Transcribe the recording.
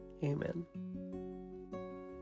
Amen